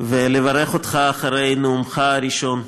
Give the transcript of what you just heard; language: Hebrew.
ולברך אותך אחרי נאומך הראשון.